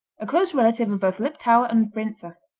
a close relative of both liptauer and brinza.